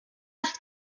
ist